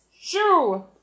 Shoo